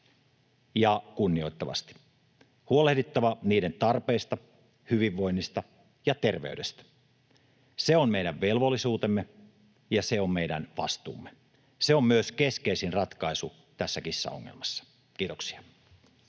ja kunnioittavasti — huolehdittava niiden tarpeista, hyvinvoinnista ja terveydestä. Se on meidän velvollisuutemme, ja se on meidän vastuumme. Se on myös keskeisin ratkaisu tässä kissaongelmassa. — Kiitoksia.